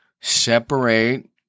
separate